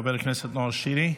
חבר הכנסת נאור שירי.